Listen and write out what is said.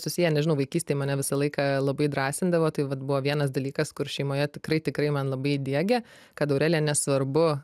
susiję nežinau vaikystėj mane visą laiką labai drąsindavo tai vat buvo vienas dalykas kur šeimoje tikrai tikrai man labai įdiegė kad aurelija nesvarbu